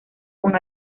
con